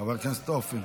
חבר הכנסת אופיר.